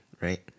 right